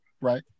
right